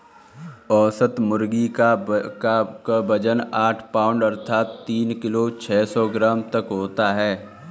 औसत मुर्गी क वजन आठ पाउण्ड अर्थात तीन किलो छः सौ ग्राम तक होता है